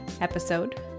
episode